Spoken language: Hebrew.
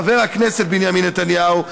חבר הכנסת בנימין נתניהו,